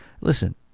listen